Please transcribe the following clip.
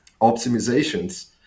optimizations